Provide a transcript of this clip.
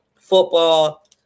football